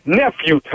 nephew